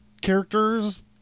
characters